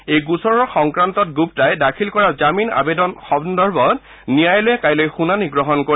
এই গোচৰৰ সংক্ৰান্তত গুপ্তাই দাখিল কৰা জামিন আবেদন সন্দৰ্ভত ন্যায়ালয়ে কাইলৈ শুনানী গ্ৰহণ কৰিব